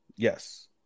Yes